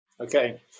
Okay